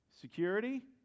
Security